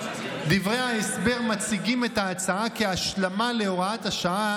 דברי ההסבר מציגים את ההצעה כהשלמה להוראת השעה